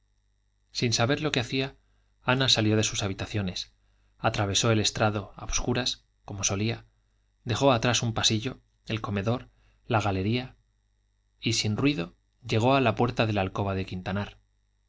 sin saber lo que hacía ana salió de sus habitaciones atravesó el estrado a obscuras como solía dejó atrás un pasillo el comedor la galería y sin ruido llegó a la puerta de la alcoba de quintanar